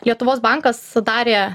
lietuvos bankas darė